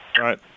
Right